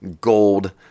gold